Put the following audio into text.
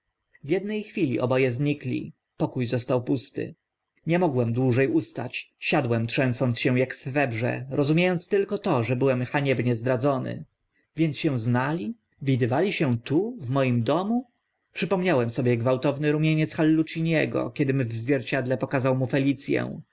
w edne chwili obo e znikli pokó został pusty nie mogłem dłuże ustać siadłem trzęsąc się ak w febrze rozumie ąc tylko to że byłem haniebnie zdradzony więc się znali widywali się tu w moim domu przypomniałem sobie gwałtowny rumieniec halluciniego kiedym w zwierciedle pokazał mu felic